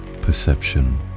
perception